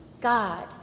God